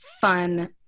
fun